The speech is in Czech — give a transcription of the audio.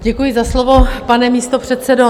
Děkuji za slovo, pane místopředsedo.